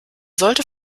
sollte